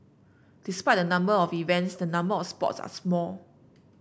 despite the number of events the number of sports are small